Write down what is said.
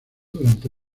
durante